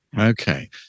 Okay